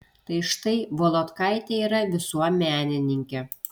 tai štai volodkaitė yra visuomenininkė